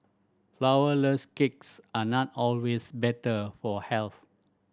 flourless cakes are not always better for health